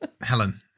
Helen